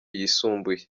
yisumbuye